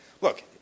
look